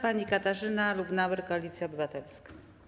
Pani Katarzyna Lubnauer, Koalicja Obywatelska.